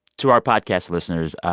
to our podcast listeners,